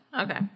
Okay